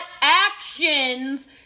actions